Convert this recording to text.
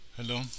Hello